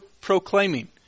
proclaiming